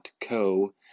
co